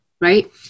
right